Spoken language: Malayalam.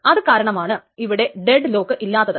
അതു കാരണമാണ് ഇവിടെ ഡെഡ് ലോക്ക് ഇല്ലാത്തത്